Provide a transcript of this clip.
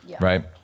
right